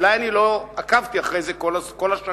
אולי לא עקבתי אחרי זה כל השנים,